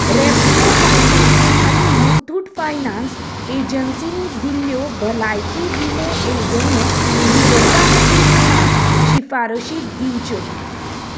रेपको फायनान्स आनी मुथूट फायनान्स एजन्सीनी दिल्ल्यो भलायकी विमो येवजण्यो निवडपा खातीर म्हाका शिफारशी दिवच्यो